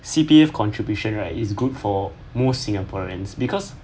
C_P_F contribution right is good for most singaporeans because